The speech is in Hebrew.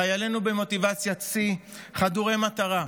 חיילינו במוטיבציית שיא, חדורי מטרה,